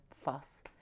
fuss